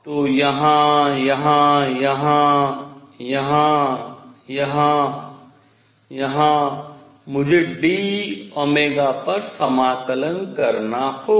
तो यहाँ यहाँ यहाँ यहाँ यहाँ यहाँ यहाँ मुझे d पर समाकलन करना होगा